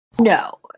No